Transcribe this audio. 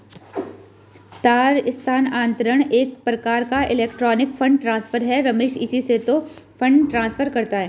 तार स्थानांतरण एक प्रकार का इलेक्ट्रोनिक फण्ड ट्रांसफर है रमेश इसी से तो फंड ट्रांसफर करता है